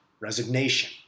resignation